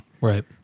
Right